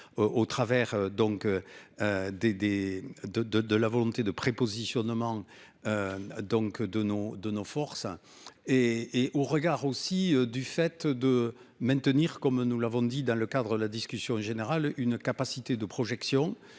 de de de la volonté de prépositionnement. Donc de nos, de nos forces. Et et au regard aussi du fait de maintenir comme nous l'avons dit dans le cadre de la discussion générale, une capacité de projection